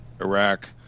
Iraq